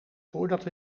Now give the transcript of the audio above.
voordat